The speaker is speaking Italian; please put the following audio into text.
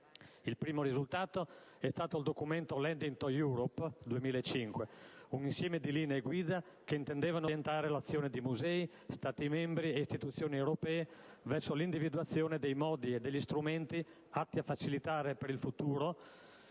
Il primo risultato è stato il documento «*Lending to Europe*» (2005), un insieme di linee guida che intendevano orientare l'azione di musei, Stati membri e istituzioni europee verso l'individuazione dei modi e degli strumenti atti a facilitare per il futuro